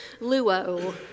luo